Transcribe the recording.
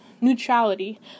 neutrality